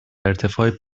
ارتفاع